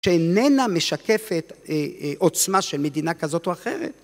שאיננה משקפת עוצמה של מדינה כזאת או אחרת.